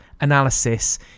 analysis